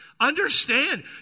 understand